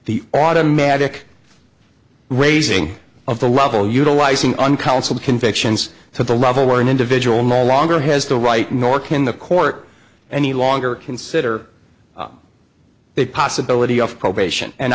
the automatic raising of the level utilizing on counsel convictions to the level where an individual no longer has the right nor can the court any longer consider the possibility of probation and